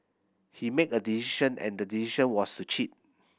he made a decision and the decision was to cheat